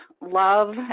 love